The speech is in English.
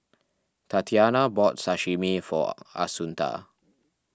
Tatiana bought Sashimi for Assunta